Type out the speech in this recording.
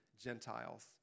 Gentiles